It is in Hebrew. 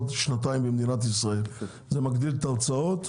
שנתיים במדינת ישראל; זה מגדיל את ההוצאות.